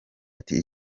ati